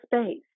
space